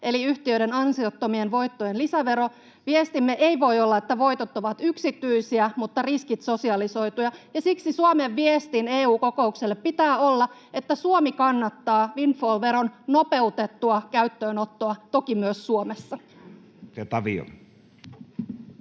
eli yhtiöiden ansiottomien voittojen lisävero. Viestimme ei voi olla, että voitot ovat yksityisiä mutta riskit sosialisoituja, ja siksi Suomen viestin EU-kokoukselle pitää olla, että Suomi kannattaa windfall-veron nopeutettua käyttöönottoa, toki myös Suomessa. [Speech